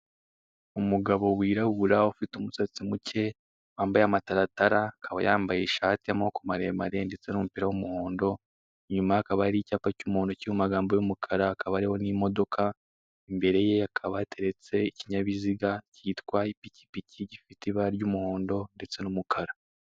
Umugabo wirabura, ufite umusatsi muke, wambaye amataratara, akaba yambaye ishati y'amaboko maremare ndetse n'umupira w'umuhondo, inyuma ye hakaba hari icyapa cy'umuhondo, kiri mu amagambo y'umukara, hakaba hariho n'imodoka, imbere ye hakaba hateretse ikinyabiziga cyitwa ipikipiki, gifite ibara ry'umuhondo ndetse n'umukara.